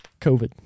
COVID